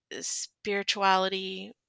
spirituality